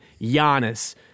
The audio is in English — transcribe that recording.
Giannis